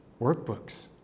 workbooks